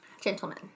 gentlemen